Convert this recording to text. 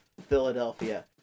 Philadelphia